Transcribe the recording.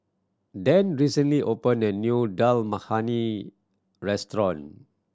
Dan recently open a new Dal Makhani Restaurant